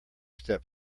step